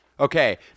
Okay